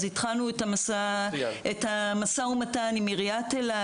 התחלנו את המשא-ומתן עם עיריית אילת,